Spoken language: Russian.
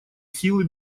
силы